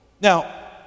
Now